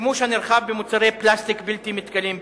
השימוש הנרחב במוצרי פלסטיק בלתי מתכלים,